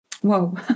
Whoa